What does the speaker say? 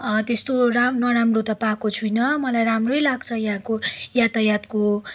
त्यस्तो राम नराम्रो त पाएको छुइनँ मलाई राम्रै लाग्छ यहाँको यातायातको